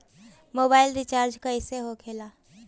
Mobile recharge कैसे होखे ला?